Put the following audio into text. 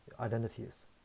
identities